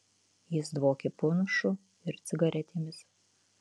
jis dvokė punšu ir cigaretėmis